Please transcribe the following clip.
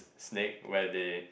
snake where they